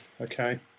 okay